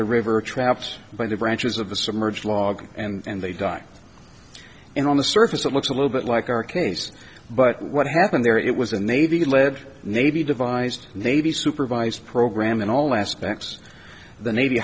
the river traps by the branches of the submerged log and they die and on the surface it looks a little bit like our case but what happened there it was a navy led navy devised they be supervised program in all aspects the navy